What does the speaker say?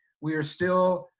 we are still,